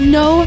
no